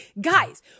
guys